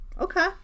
okay